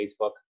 Facebook